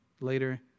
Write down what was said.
later